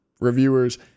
reviewers